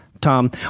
Tom